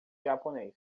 japonês